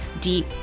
deep